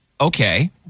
Okay